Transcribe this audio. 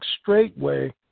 straightway